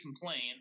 complain